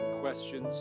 questions